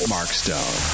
Markstone